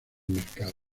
mercado